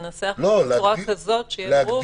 ננסח את זה בצורה כזו שיהיה ברור --- לא,